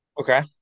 Okay